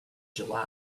july